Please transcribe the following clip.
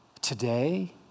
today